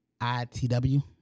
ITW